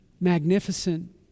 magnificent